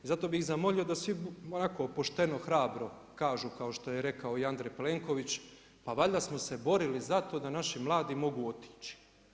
Zato bi zamolio da svi onako pošteno, hrabro, kao što je rekao i Andrej Plenković, pa valjda smo se borili za to da naši mladi mogu otići.